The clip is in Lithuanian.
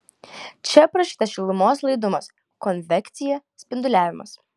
čia aprašytas šilumos laidumas konvekcija spinduliavimas